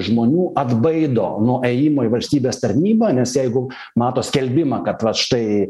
žmonių atbaido nuo ėjimo į valstybės tarnybą nes jeigu mato skelbimą kad vat štai